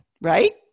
right